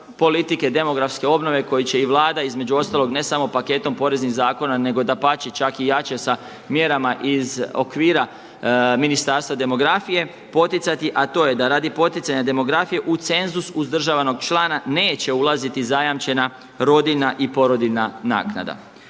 politike demografske obnove koji će i Vlada između ostalog ne samo paketom poreznih zakona nego dapače čak i jače sa mjerama iz okvira Ministarstva demografije poticati, a to je da radi poticanja demografije u cenzus uzdržavanog člana neće ulaziti zajamčena rodilja i porodiljna naknada.